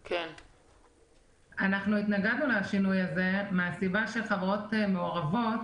אנחנו התנגדנו לשינוי הזה מהסיבה שחברות מעורבות